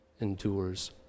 endures